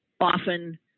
often